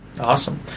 Awesome